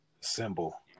symbol